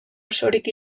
osorik